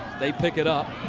they pick it up.